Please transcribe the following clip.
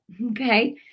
okay